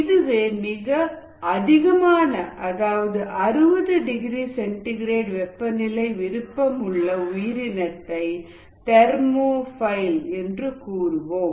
இதுவே மிக அதிகமான அதாவது 60 டிகிரி சென்டிகிரேட்வெப்பநிலை விருப்பம் உள்ள உயிரினத்தை தெர்மோஃபைல் என்று கூறுவோம்